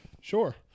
Sure